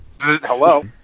Hello